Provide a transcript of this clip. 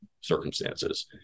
circumstances